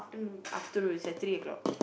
afternoon Saturday